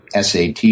SAT